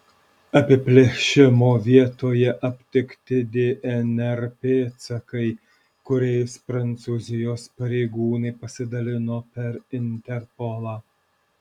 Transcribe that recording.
apiplėšimo vietoje aptikti dnr pėdsakai kuriais prancūzijos pareigūnai pasidalino per interpolą